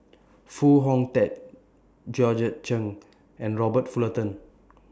Foo Hong Tatt Georgette Chen and Robert Fullerton